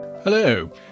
Hello